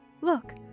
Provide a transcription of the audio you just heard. Look